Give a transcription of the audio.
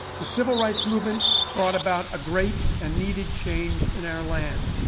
the civil rights movement brought about a great and needed change in our land.